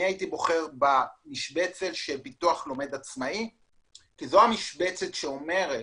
הייתי בוחר במשבצת של פיתוח לומד עצמאי כי זו המשבצת שאומרת